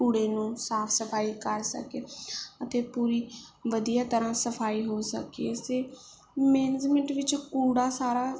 ਕੂੜੇ ਨੂੰ ਸਾਫ ਸਫਾਈ ਕਰ ਸਕੇ ਅਤੇ ਪੂਰੀ ਵਧੀਆ ਤਰ੍ਹਾਂ ਸਫਾਈ ਹੋ ਸਕੇ ਇਸ ਮੇਨਜਮੈਂਟ ਵਿੱਚ ਕੂੜਾ ਸਾਰਾ